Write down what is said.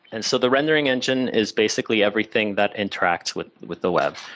and so the rendering engine is basically everything that interacts with with the web.